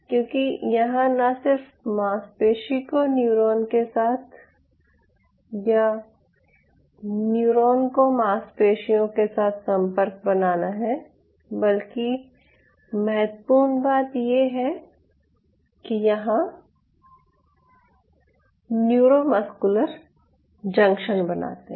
क्योंकि यहाँ ना सिर्फ मांसपेशी को न्यूरॉन के साथ या न्यूरॉन को मांसपेशियों के साथ संपर्क बनाना है बल्कि महत्वपूर्ण बात ये है कि वे यहां न्यूरोमस्कुलर जंक्शन बनाते हैं